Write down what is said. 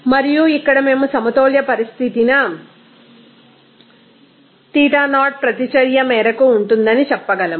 మరియు ఇక్కడ మేము సమతౌల్య పరిస్థితిన ξeప్రతి చర్య మేరకు వుంటుందని చెప్పగలము